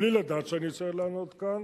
בלי לדעת שאני אצטרך לענות כאן: